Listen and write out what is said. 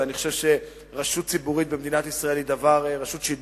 ואני חושב שרשות שידור ציבורית במדינת ישראל היא דבר חשוב,